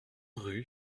rue